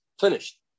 finished